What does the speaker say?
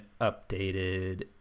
updated